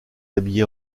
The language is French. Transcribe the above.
habillé